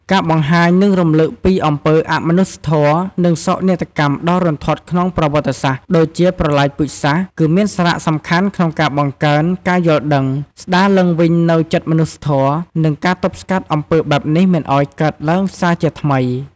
ការបង្ហាញ និងរំលឹកពីអំពើអមនុស្សធម៌ និងសោកនាដកម្មដ៏រន្ធត់ក្នុងប្រវត្តិសាស្ត្រដូចជាប្រល័យពូជសាសន៍ គឺមានសារៈសំខាន់ក្នុងការបង្កើនការយល់ដឹង ស្ដារឡើងវិញនូវចិត្តមនុស្សធម៌ និងការទប់ស្កាត់អំពើបែបនេះមិនឱ្យកើតឡើងសារជាថ្មី។